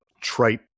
trite